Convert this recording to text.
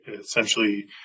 essentially